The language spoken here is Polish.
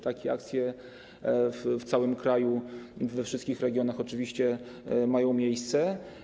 Takie akcje w całym kraju we wszystkich regionach oczywiście mają miejsce.